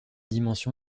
dimension